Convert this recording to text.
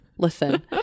Listen